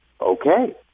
okay